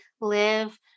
live